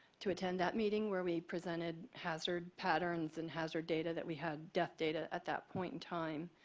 to attend that meeting where we presented hazard patterns and hazard data that we had death data at that point in time.